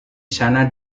sana